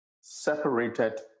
separated